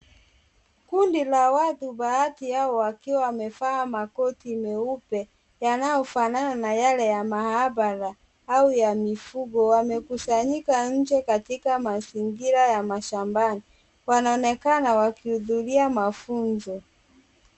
Kundi la watu baadhi ya wakiwa wamevaa makoti meupe yanayofanana na yale ya mahabara au ya mifugo wamekusanyika nje katika mazingira ya mashambani. Wanaonekana wakihudhuria mafunzo.